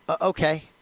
Okay